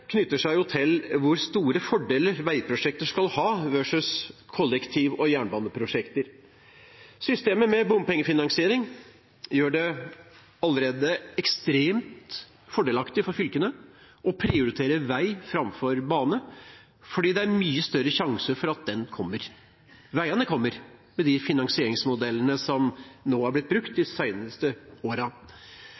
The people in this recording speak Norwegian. knytter seg til hvor store fordeler veiprosjekter skal ha versus kollektiv- og jernbaneprosjekter. Systemet med bompengefinansiering gjør det allerede ekstremt fordelaktig for fylkene å prioritere vei framfor bane fordi det er mye større sjanse for at den kommer. Veiene kommer med de finansieringsmodellene som er blitt brukt de